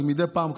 שמדי פעם,